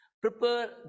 Prepare